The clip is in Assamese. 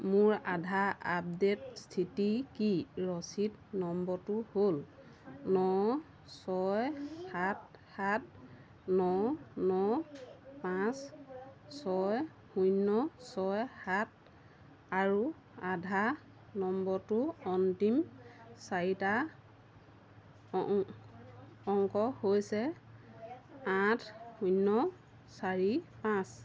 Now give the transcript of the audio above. মোৰ আধাৰ আপডেট স্থিতি কি ৰচিদ নম্বৰটো হ'ল ন ছয় সাত সাত ন ন পাঁচ ছয় শূন্য ছয় সাত আৰু আধাৰ নম্বৰটো অন্তিম চাৰিটা অং অংক হৈছে আঠ শূন্য চাৰি পাঁচ